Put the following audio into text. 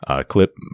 clip